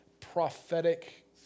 prophetic